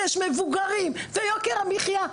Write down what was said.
קשישים ויוקר המחייה.